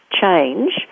change